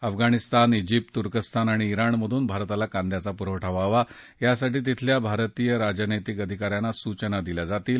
अफगाणिस्तान श्रिप्त तुर्कस्तान आणि श्रिणमधून भारताला कांद्याचा पुरवठा व्हावा यासाठी तिथल्या भारतीय राजनैतिक अधिका यांना सूचना दिल्या जातील